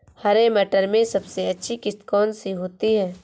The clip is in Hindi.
हरे मटर में सबसे अच्छी किश्त कौन सी होती है?